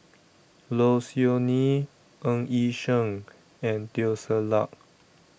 Low Siew Nghee Ng Yi Sheng and Teo Ser Luck